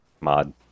mod